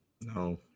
No